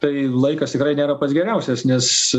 tai laikas tikrai nėra pats geriausias nes